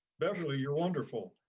beverly, you're wonderful.